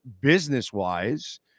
business-wise